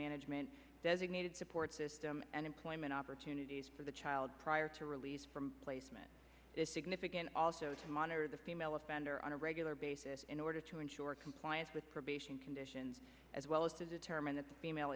management designated support system and employment opportunities for the child prior to release from placement is significant also to monitor the female offender on a regular basis in order to ensure compliance with probation conditions as well as to determine that the male